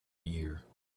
year